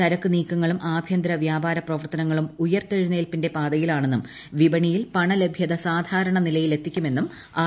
ചരക്കു നീക്കങ്ങളും ആഭ്യന്തര വൃാപാര പ്രവർത്തനങ്ങളും ഉയർത്തെഴുന്നേൽപ്പിന്റെ പാതയിലാണെന്നും വിപണിയിൽ പണലഭ്യത സാധാരണ നിലയിലെത്തിക്കുമെന്നും ആർ